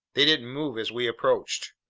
they didn't move as we approached.